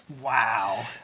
Wow